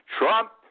Trump